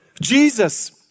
Jesus